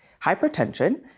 Hypertension